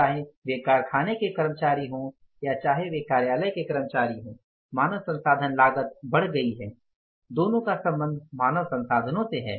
चाहे वे कारखाने के कर्मचारी हों या चाहे वे कार्यालय के कर्मचारी हों मानव संसाधन लागत बढ़ गई है दोनों का संबंध मानव संसाधनों से है